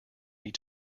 need